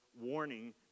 warning